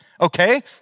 okay